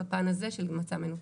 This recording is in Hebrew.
בפן הזה של מצע מנותק.